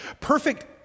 Perfect